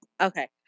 Okay